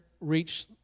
reach